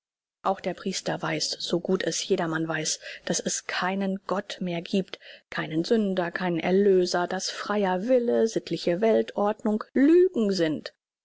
auch der priester weiß so gut es jedermann weiß daß es keinen gott mehr giebt keinen sünder keinen erlöser daß freier wille sittliche weltordnung lügen sind